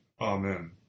Amen